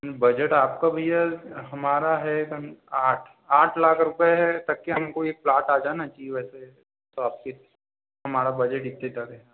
budget आपका भैया हमारा हैं आठ आठ लाख रुपए हैं तक के हमको यह प्लॉट आ जाना चाहिए वैसे तो आपके हमारा बजट इतने तक है